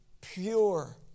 pure